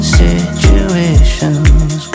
situations